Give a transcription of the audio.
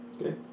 Okay